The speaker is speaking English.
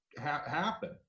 happen